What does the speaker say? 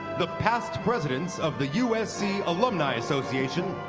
the past presidents of the usc alumni association,